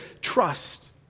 trust